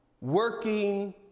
working